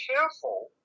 careful